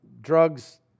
drugs